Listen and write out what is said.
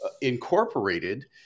incorporated